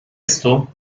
esto